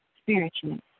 spiritually